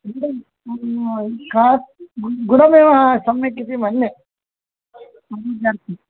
गुडः का गुडमेव सम्यक् इति मन्ये